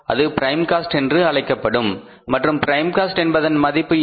அது prime cost என்று அழைக்கப்படும் மற்றும் ப்ரைம் காஸ்ட் என்பதன் மதிப்பு என்ன